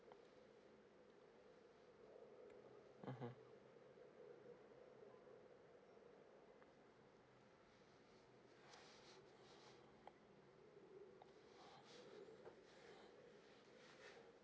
mmhmm